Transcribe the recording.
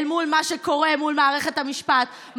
אל מול מה שקורה במערכת המשפט,